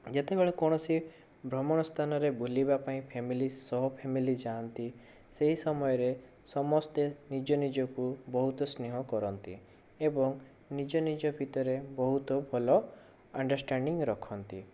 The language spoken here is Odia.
ଯେତେବେଳେ କୌଣସି ଭ୍ରମଣ ସ୍ଥାନରେ ବୁଲିବା ପାଇଁ ଫ୍ୟାମିଲି ସହ ଫ୍ୟାମିଲି ଯାଆନ୍ତି ସେହି ସମୟରେ ସମସ୍ତେ ନିଜ ନିଜକୁ ବହୁତ ସ୍ନେହ କରନ୍ତି ଏବଂ ନିଜ ନିଜ ଭିତରେ ବହୁତ ଭଲ ଅଣ୍ଡରଷ୍ଟାଣ୍ଡିଙ୍ଗ ରଖନ୍ତି